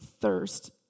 thirst